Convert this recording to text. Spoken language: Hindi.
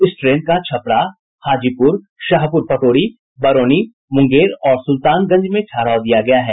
इस ट्रेन का छपरा हाजीपुर शाहपुर पटोरी बरौनी मुंगेर और सुल्तानगंज ठहराव दिया गया है